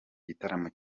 gitaramo